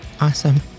Awesome